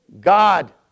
God